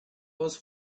was